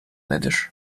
nedir